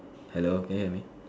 hello can you hear me